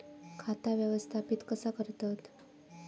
खाता व्यवस्थापित कसा करतत?